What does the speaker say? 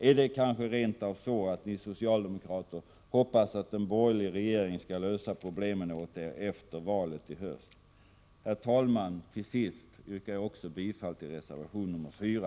Är det kanske rent av så att ni socialdemokrater hoppas att en borgerlig regering skall lösa problemen åt er efter valet i höst? Herr talman! Till sist yrkar jag bifall också till reservation 4.